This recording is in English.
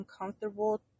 uncomfortable